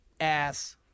ass